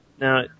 Now